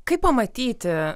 kaip pamatyti